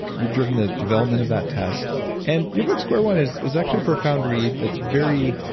you've driven the development of that test and your book square one is is actually a profound read that's very,